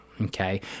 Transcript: Okay